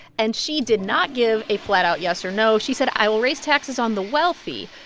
and she did not give a flat-out yes or no. she said, i will raise taxes on the wealthy,